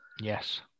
Yes